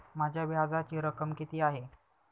माझ्या व्याजाची रक्कम किती आहे?